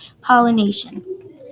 pollination